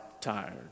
tired